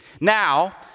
Now